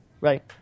right